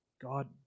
God